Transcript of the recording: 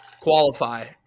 qualify